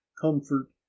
comfort